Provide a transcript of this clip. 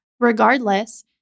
Regardless